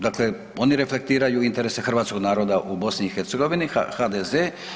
Dakle, oni reflektiraju interese Hrvatskog naroda u BiH HDZ.